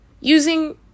using